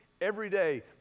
everyday